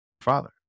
father